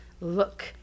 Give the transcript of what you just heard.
Look